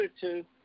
two